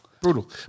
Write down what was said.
brutal